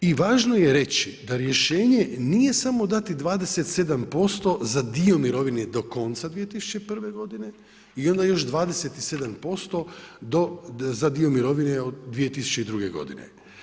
I važno je reći da rješenje nije samo dati 27% za dio mirovine do konca 2001. godine i onda još 27% za dio mirovine od 2002. godine.